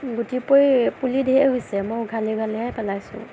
গুটি পৰি পুলি ধেৰ হৈছে মই উঘালি উঘালিহে পেলাইছোঁ